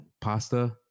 Pasta